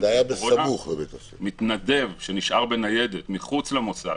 בעוד שמתנדב שנשאר בניידת מחוץ למוסד,